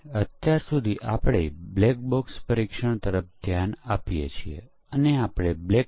અને જેમ જેમ તે કાર્ય ચલાવે છે તે કેટલાક પ્રોગ્રામ એલિમેંટ્સને આવરી લે છે તે કેટલાક પ્રોગ્રામ એલિમેંટ્સ ચલાવે છે અથવા આવરી લે છે